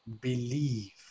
Believe